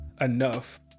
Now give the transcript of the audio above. enough